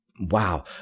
wow